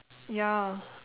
ya